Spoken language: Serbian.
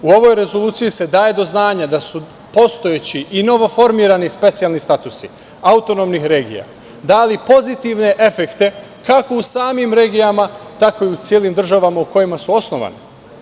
U ovoj rezoluciji se daje do znanja da su postojeći i novoformirani specijalni statusi autonomnih regija dali pozitivne efekte kako u samim regijama, tako i u celim državama u kojima su osnovane.